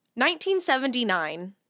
1979